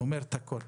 שאומרת את הכול,